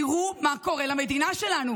תראו מה קורה למדינה שלנו